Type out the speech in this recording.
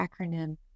acronym